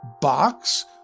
Box